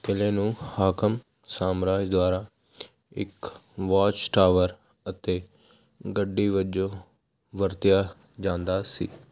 ਕਿਲ੍ਹੇ ਨੂੰ ਹਾਕਮ ਸਾਮਰਾਜ ਦੁਆਰਾ ਇੱਕ ਵਾਚ ਟਾਵਰ ਅਤੇ ਗੱਡੀ ਵਜੋਂ ਵਰਤਿਆ ਜਾਂਦਾ ਸੀ